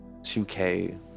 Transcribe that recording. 2k